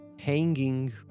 hanging